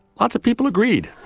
lots of people agreed.